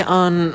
on